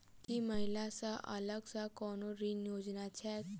की महिला कऽ अलग सँ कोनो ऋण योजना छैक?